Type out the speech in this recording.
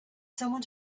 someone